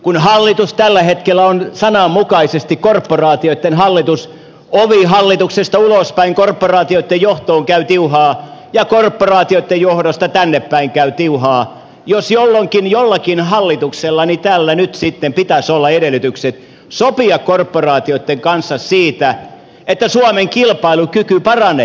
kun hallitus tällä hetkellä on sananmukaisesti korporaatioitten hallitus ovi hallituksesta ulospäin korporaatioitten johtoon käy tiuhaan ja korporaatioitten johdosta tännepäin käy tiuhaan jos jolloinkin jollakin hallituksella niin tällä nyt sitten pitäisi olla edellytykset sopia korporaatioitten kanssa siitä että suomen kilpailukykyä parannetaan